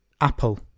Apple